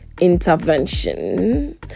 intervention